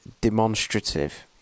demonstrative